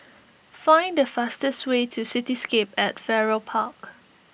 find the fastest way to Cityscape at Farrer Park